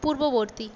পূর্ববর্তী